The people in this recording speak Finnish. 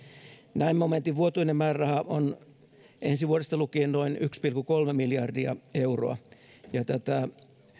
näin momentin vuotuinen määräraha on ensi vuodesta lukien noin yksi pilkku kolme miljardia euroa ja tätä